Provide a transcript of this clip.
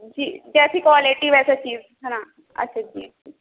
جی جیسی کوالٹی ویسا چیز ہے نا اچھا جی جی